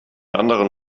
anderen